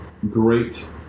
Great